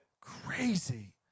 Crazy